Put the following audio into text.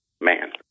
man